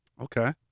Okay